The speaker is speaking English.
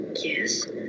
Yes